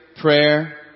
prayer